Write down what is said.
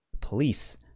police